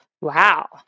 Wow